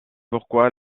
pourquoi